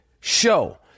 show